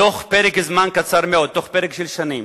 בתוך פרק זמן קצר מאוד, בתוך פרק זמן של שנים.